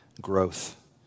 growth